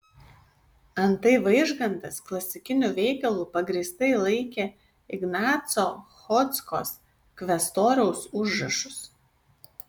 antai vaižgantas klasikiniu veikalu pagrįstai laikė ignaco chodzkos kvestoriaus užrašus